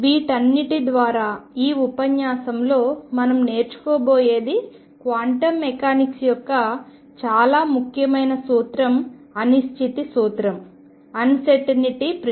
వీటన్నింటి ద్వారా ఈ ఉపన్యాసంలో మనం నేర్చుకోబోయేది క్వాంటం మెకానిక్స్ యొక్క చాలా ముఖ్యమైన సూత్రం 'అనిశ్చితి సూత్రం'